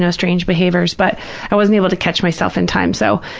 ah strange behaviors, but i wasn't able to catch myself in time. so,